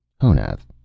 Honath